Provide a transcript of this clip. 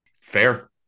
Fair